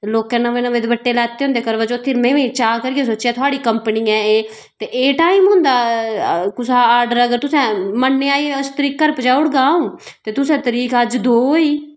लोकें नमें नमें दुपट्टे लैते दे होंदे करबा चौथी र में बी चाऽ करियै सोचे हा तुआढ़ी कंपनी ऐ एह् ते एह् टाइम होंदा कुसै आर्डर आखेआ ठाई तरीक तक पजाई ओड़गा अऊं ते तुसें तरीक अज्ज दो होई गेई